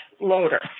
loader